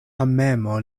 amemo